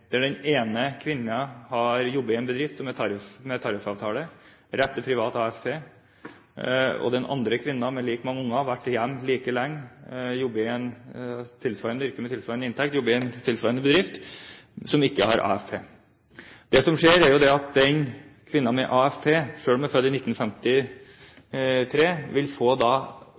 rett til privat AFP, og den andre kvinnen, med like mange unger, har vært hjemme like lenge, har et tilsvarende yrke med tilsvarende inntekt og jobber i en tilsvarende bedrift, som ikke har AFP. Det som skjer, er at kvinnen med AFP, selv om hun er født i 1953, vil få